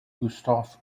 gustaf